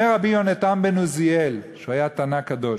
אומר רבי יונתן בן עוזיאל שהיה תנא קדוש,